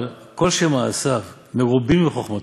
אבל כל שמעשיו מרובין מחוכמתו,